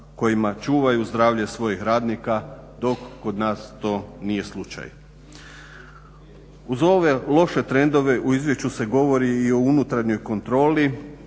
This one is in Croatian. kojima čuvaju zdravlje svojih radnika dok kod nas to nije slučaj. Uz ove loše trendove u izvješću se govori i o unutarnjoj kontroli,